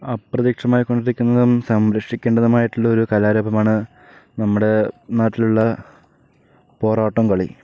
അപ്രത്യക്ഷമായിക്കൊണ്ടിരിക്കുന്നതും സംരക്ഷിക്കേണ്ടതുമായിട്ടുള്ള ഒരു കലാരൂപമാണ് നമ്മുടെ നാട്ടിലുള്ള പോറാട്ടം കളി